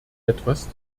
etwas